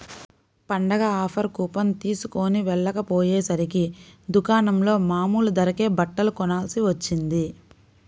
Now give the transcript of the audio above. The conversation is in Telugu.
పండగ ఆఫర్ కూపన్ తీస్కొని వెళ్ళకపొయ్యేసరికి దుకాణంలో మామూలు ధరకే బట్టలు కొనాల్సి వచ్చింది